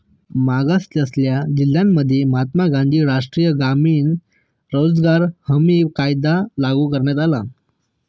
मागासलेल्या जिल्ह्यांमध्ये महात्मा गांधी राष्ट्रीय ग्रामीण रोजगार हमी कायदा लागू करण्यात आला